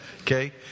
Okay